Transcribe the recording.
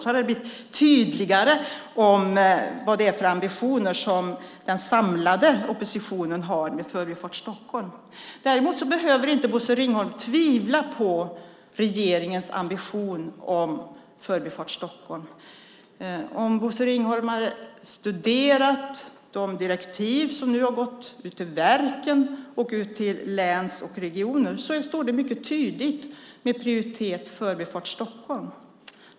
Då hade det blivit tydligare vad det är för ambition den samlade oppositionen har för Förbifart Stockholm. Bosse Ringholm behöver inte tvivla på regeringens ambition för Förbifart Stockholm. Hade Bosse Ringholm studerat de direktiv som har gått ut till verk, län och regioner hade han sett att det mycket tydligt står om prioritet för Förbifart Stockholm.